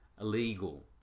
illegal